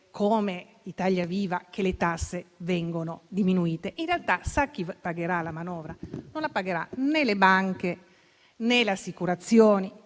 come Italia Viva, che le tasse vengono diminuite. In realtà, sa chi pagherà la manovra? Non la pagheranno né le banche, né le assicurazioni,